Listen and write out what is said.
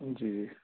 جی